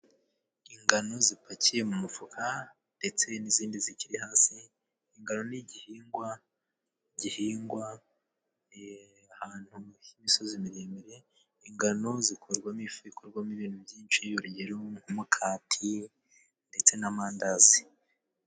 Ingano zipakiye mu mufuka ndetse n'izindi zikiri hasi. Ingano ni igihingwa gihingwa ahantu h'imisozi miremire. Ingano zikorwamo ifu ikorwamo ibintu byinshi, urugero nk'umukati ndetse n'amandazi.